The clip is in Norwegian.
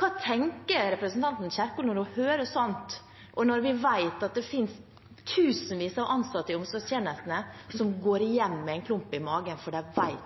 Hva tenker representanten Kjerkol når hun hører sånt, og når vi vet at det finnes tusenvis av ansatte i omsorgstjenestene som går hjem med en klump i magen fordi de